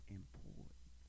important